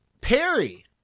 Perry